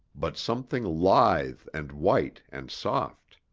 but something lithe and white and soft.